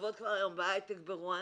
לעבוד כבר היום בהייטק ברואנדה.